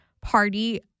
party